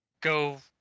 go